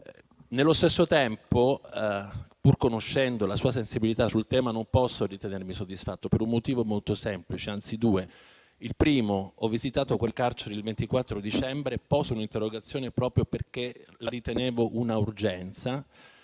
Nello stesso tempo, pur conoscendo la sua sensibilità sul tema, non posso ritenermi soddisfatto, per un motivo molto semplice, anzi per due motivi. Il primo è che ho visitato quelle carceri il 24 dicembre e ho presentato un'interrogazione, proprio perché la ritenevo un'urgenza.